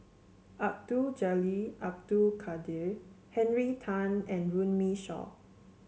Abdul Jalil Abdul Kadir Henry Tan and Runme Shaw